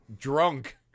drunk